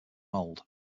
mold